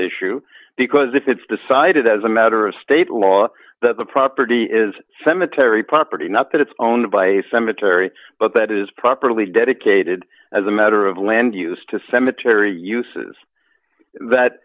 issue because if it's decided as a matter of state law that the property is cemetery property not that it's owned by a cemetery but that is properly dedicated as a matter of land use to cemetery uses that